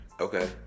Okay